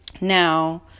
Now